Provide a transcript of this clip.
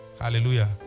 Hallelujah